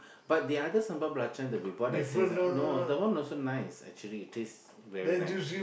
but the other sambal belacan that we bought at Sheng-Siong no the one also nice actually taste very nice